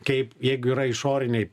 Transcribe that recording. kaip jeigu yra išoriniai